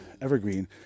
Evergreen